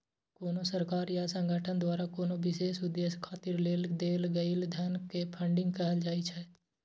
कोनो सरकार या संगठन द्वारा कोनो विशेष उद्देश्य खातिर देल गेल धन कें फंडिंग कहल जाइ छै